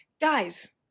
guys